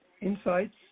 insights